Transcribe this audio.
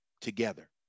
together